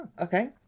okay